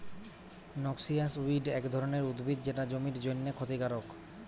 noxious weed এক ধরণের উদ্ভিদ যেটা জমির জন্যে ক্ষতিকারক